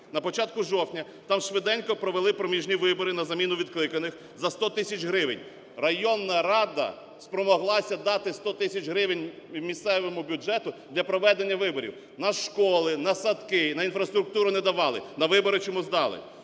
На початку жовтня там швиденько провели проміжні вибори на заміну відкликаних за 100 тисяч гривень. Районна рада спромоглася дати 100 тисяч гривень місцевому бюджету для проведення виборів. На школи, на садки, на інфраструктури не давали – на вибори чомусь дали.